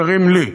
יקרים לי,